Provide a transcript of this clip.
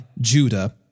Judah